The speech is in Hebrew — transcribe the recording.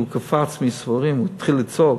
והוא קפץ מהייסורים, התחיל לצעוק.